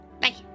bye